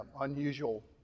unusual